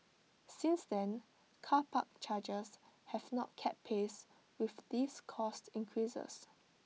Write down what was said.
since then car park charges have not kept pace with these cost increases